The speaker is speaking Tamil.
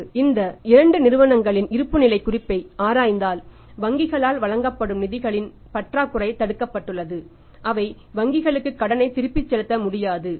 இன்று நீங்கள் இந்த இரண்டு நிறுவனங்களின் இருப்புநிலைக் குறிப்பை ஆராய்ந்தால் வங்கிகளால் வழங்கப்படும் நிதிகளின் பற்றாக்குறை தடுக்கப்பட்டுள்ளது அவை வங்கிகளுக்கு கடனை திருப்பிச் செலுத்த முடியாது